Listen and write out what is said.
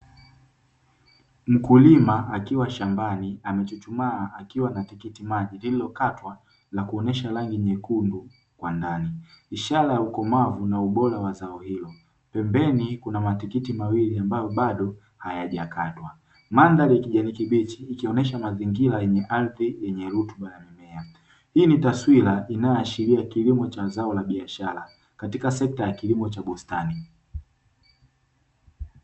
Mkulima akiwa shambani amechuchumaa akiwa na tikiti maji lililokatwa na kuonyesha rangi nyekundu kwa ndani, ishara ya ukomavu na ubora wa zao hilo pembeni kuna matikiti mawili ambayo bado hayajakatwa. Mandhari ya kijani kibichi ikionyesha mazingira yenye ardhi yenye rutuba na mimea, hii ni taswira inayoashiria kilimo cha zao la biashara katika sekta ya kilimo cha bustani.